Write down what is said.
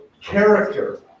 character